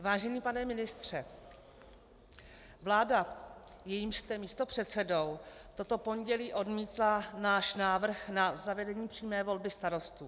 Vážený pane ministře, vláda, jejímž jste místopředsedou, toto pondělí odmítla náš návrh na zavedení přímé volby starostů.